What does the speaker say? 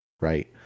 Right